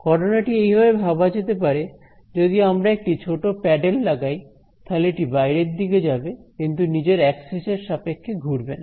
ঘটনাটি এইভাবে ভাবা যেতে পারে যদি আমরা একটি ছোট প্যাডেল লাগাই তাহলে এটি বাইরের দিকে যাবে কিন্তু নিজের অ্যাক্সিস এর সাপেক্ষে ঘুরবে না